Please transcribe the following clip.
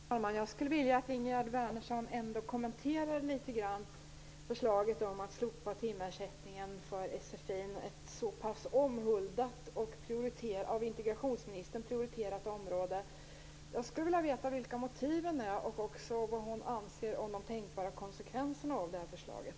Herr talman! Jag skulle vilja att Ingegerd Wärnersson ändå kommenterar litet grand förslaget om att slopa timersättningen för SFI:n, ett så pass omhuldat och av integrationsministern prioriterat område. Jag skulle vilja veta vilka motiven är och vad hon anser om de tänkbara konsekvenserna av förslaget.